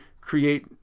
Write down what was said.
create